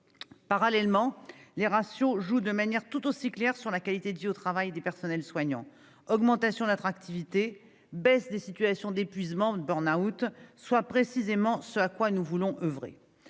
Parallèlement, l'instauration de ratios a des effets tout aussi clairs sur la qualité de vie au travail du personnel soignant : augmentation de l'attractivité, baisse des situations d'épuisement ou de burn-out, soit précisément ce à quoi nous voulons oeuvrer.